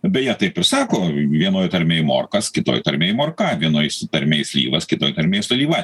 beje taip ir sako vienoj tarmėj morkas kitoj tarmėj morka vienoj tarmėj slyvas kitoj tarmėj slyva